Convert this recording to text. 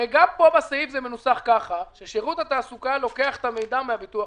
הרי גם פה בסעיף זה מנוסח ככה ששירות התעסוקה לוקח את המידע מהביטוח